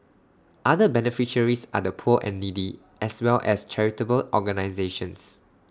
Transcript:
other beneficiaries are the poor and needy as well as charitable organisations